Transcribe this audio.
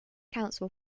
council